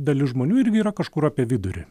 dalis žmonių irgi yra kažkur apie vidurį